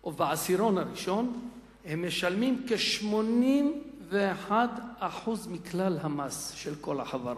או בעשירון הראשון הם משלמים כ-81% מכלל המס של כל החברות.